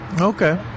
Okay